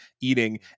eating